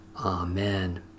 Amen